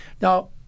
Now